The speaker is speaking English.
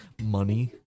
money